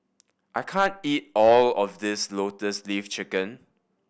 I can't eat all of this Lotus Leaf Chicken